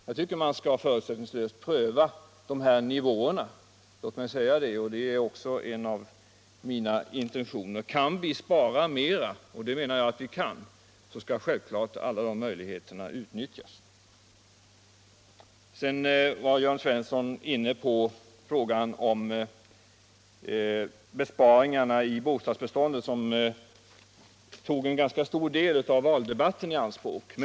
Jag tycker att man förutsättningslöst skall pröva dessa nivåer, det är en av mina intentioner. Kan vi spara mera — och det menar jag att vi kan — skall självklart alla sådana möjligheter utnyttjas. Jörn Svensson var inne på frågan om besparingar i bostadsbeståndet, som tog en ganska stor del av valdebatten i anspråk.